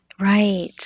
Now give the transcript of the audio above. Right